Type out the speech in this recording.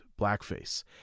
Blackface